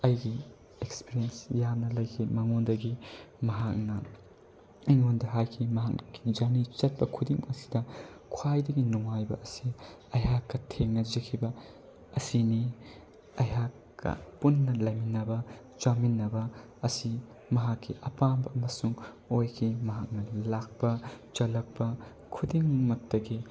ꯑꯩꯒꯤ ꯑꯦꯛꯁꯄ꯭ꯔꯤꯌꯦꯟꯁ ꯌꯥꯝꯅ ꯂꯩꯈꯤ ꯃꯥꯉꯣꯟꯗꯒꯤ ꯃꯍꯥꯛꯅ ꯑꯩꯉꯣꯟꯗ ꯍꯥꯏꯈꯤ ꯃꯍꯥꯛꯅ ꯖꯔꯅꯤ ꯆꯠꯄ ꯈꯨꯗꯤꯡꯃꯛ ꯑꯁꯤꯗ ꯈ꯭ꯋꯥꯏꯗꯒꯤ ꯅꯨꯡꯉꯥꯏꯕ ꯑꯁꯤ ꯑꯩꯍꯥꯛꯀ ꯊꯦꯡꯅꯖꯈꯤꯕ ꯑꯁꯤꯅꯤ ꯑꯩꯍꯥꯛꯀ ꯄꯨꯟꯅ ꯂꯩꯃꯤꯟꯅꯕ ꯆꯥꯃꯤꯟꯅꯕ ꯑꯁꯤ ꯃꯍꯥꯛꯀꯤ ꯑꯄꯥꯝꯕ ꯑꯃꯁꯨꯡ ꯑꯣꯏꯈꯤ ꯃꯍꯥꯛꯅ ꯂꯥꯛꯄ ꯆꯠꯂꯛꯄ ꯈꯨꯗꯤꯡꯃꯛꯇꯒꯤ